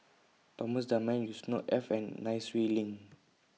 Thomas Dunman Yusnor Ef and Nai Swee Leng